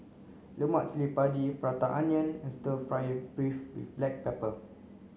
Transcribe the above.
lemak cili padi prata onion and stir fry beef with black pepper